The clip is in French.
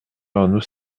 arnoux